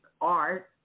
art